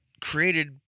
created